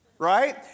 Right